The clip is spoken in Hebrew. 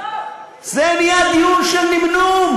זה נהיה דיון של נמנום,